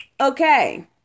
Okay